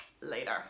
later